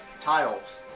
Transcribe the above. Tiles